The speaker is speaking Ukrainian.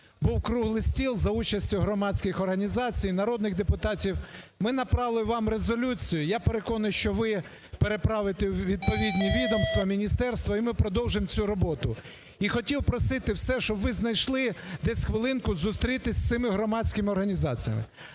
був круглий стіл за участю громадських організацій, народних депутатів. Ми направили вам резолюцію. Я переконаний, що ви переправите у відповідні відомства, міністерства, і ми продовжимо цю роботу. І хотів просити все, щоб ви знайшли десь хвилинку зустрітися з цими громадськими організаціями.